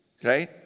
Okay